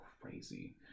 crazy